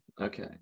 Okay